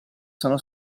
sono